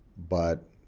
but